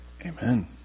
Amen